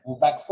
back